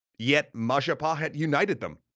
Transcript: yet majapahit united them,